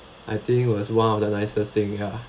I think it was one of the nicest thing ah